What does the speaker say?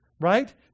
right